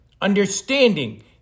understanding